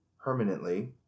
permanently